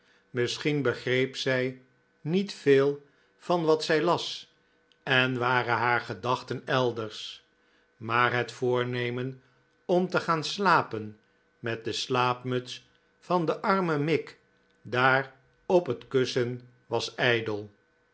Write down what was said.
misschien begreep zij niet veel van wat zij las en waren haar gedachten elders maar het voornemen om te gaan slapen met de slaapmuts van den armen mick daar op het kussen was ijdel